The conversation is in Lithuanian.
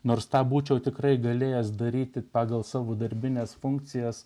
nors tą būčiau tikrai galėjęs daryti pagal savo darbines funkcijas